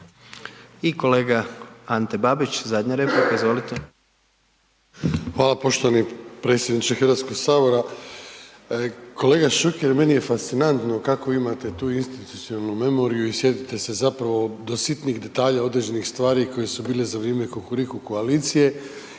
Hvala poštovani predsjedniče Hrvatskog sabora. Kolega Šuker, meni je fascinantno kako imate tu institucionalnu memoriju i sjetite se zapravo do sitnih detalja određenih stvari koje su bile za vrijeme Kukuriku koalicije